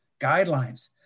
guidelines